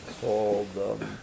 called